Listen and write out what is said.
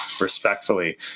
respectfully